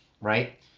right